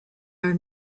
are